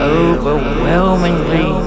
overwhelmingly